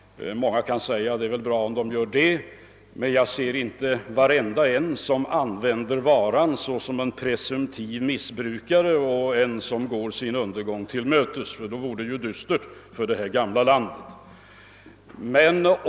Många kan säga så — och det är väl bra — men jag ser inte varenda en som använder varan såsom en presumtiv missbrukare och en som går sin undergång till mötes. Då vore det ju dystert för vårt gamla land.